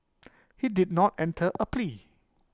he did not enter A plea